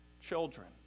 children